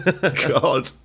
God